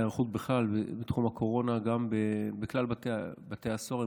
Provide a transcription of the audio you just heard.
להיערכות בכלל בתחום הקורונה גם בכלל בתי הסוהר,